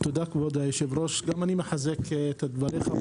תודה, כבוד היושב-ראש, גם אני מחזק את דבריך.